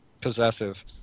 possessive